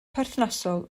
perthnasol